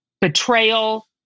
betrayal